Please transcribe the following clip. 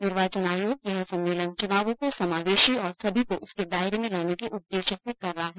निर्वाचन आयोग यह सम्मेलन चुनावों को समावेशी और सभी को इसके दायरे में लाने के उद्देश्य से कर रहा है